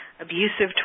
abusive